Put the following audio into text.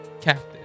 captive